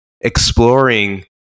exploring